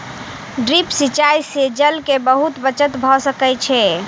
drip सिचाई से जल के बहुत बचत भ सकै छै